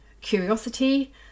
curiosity